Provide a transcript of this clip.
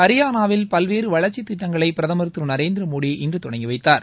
ஹரியானாவில் வளர்ச்சித் திட்டங்களை பிரதமர் திரு நரேந்திர மோடி இன்றுதொடங்கி வைத்தார்